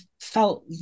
felt